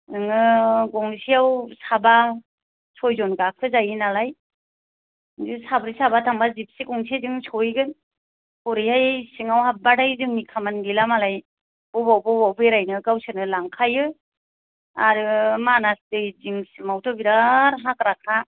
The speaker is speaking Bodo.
नोङो गंसेयाव साबा सयजन गाखोजायो नालाय बिदिनो साब्रै साबा थांबा जिबसि गंसेजोंनो सहैगोन ओरैहाय सिङाव हाबबाथाय जोंनि खामानि गैला नालाय अबाव अबाव बेरायनो गावसोरनो लांखायो आरो मानास दै जिं सिमावथ' बिरात हाग्राखा